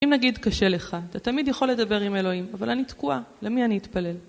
אם נגיד קשה לך, אתה תמיד יכול לדבר עם אלוהים, אבל אני תקועה, למי אני אתפלל?